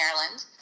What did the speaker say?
Maryland